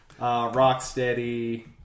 Rocksteady